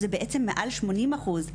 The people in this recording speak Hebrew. זה בעצם מעל 80 אחוז,